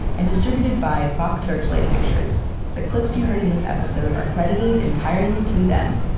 and distributed by fox searchlight pictures the clips you heard in this episode are credited entirely to them.